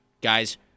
Guys